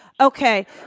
okay